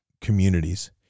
communities